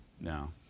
No